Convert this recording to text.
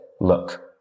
look